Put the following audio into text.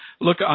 Look